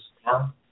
star